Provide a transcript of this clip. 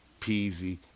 peasy